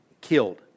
killed